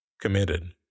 committed